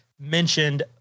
mentioned